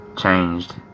Changed